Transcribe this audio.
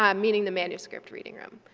um meaning the manuscript reading room.